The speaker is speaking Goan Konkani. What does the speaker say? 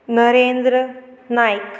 नरेंद्र नायक